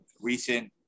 Recent